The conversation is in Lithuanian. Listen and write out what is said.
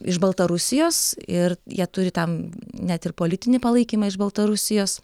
iš baltarusijos ir jie turi tam net ir politinį palaikymą iš baltarusijos